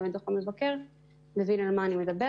את דוח המבקר מבין על מה אני מדברת.